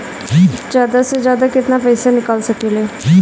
जादा से जादा कितना पैसा निकाल सकईले?